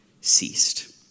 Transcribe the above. ceased